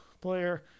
player